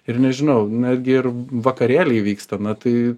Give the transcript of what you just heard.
ir nežinau netgi ir vakarėliai vyksta na tai